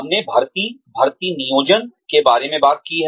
हमने भर्ती भर्ती नियोजन के बारे में बात की है